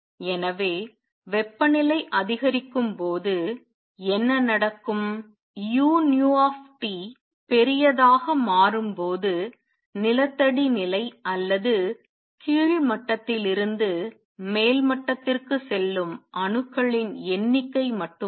எனவே வெப்பநிலை அதிகரிக்கும் போது என்ன நடக்கும் u பெரியதாக மாறும் போது நிலத்தடி நிலை அல்லது கீழ் மட்டத்திலிருந்து மேல் மட்டத்திற்கு செல்லும் அணுக்களின் எண்ணிக்கை மட்டுமல்ல